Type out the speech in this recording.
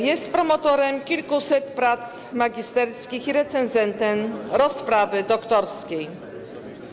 Jest promotorem kilkuset prac magisterskich i recenzentem rozprawy doktorskiej.